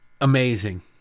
amazing